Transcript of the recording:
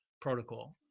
protocol